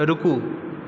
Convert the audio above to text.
रुकू